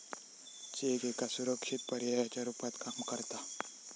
check एका सुरक्षित पर्यायाच्या रुपात काम करता